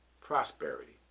prosperity